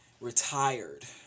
retired